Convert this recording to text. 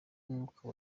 umwuka